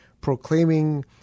proclaiming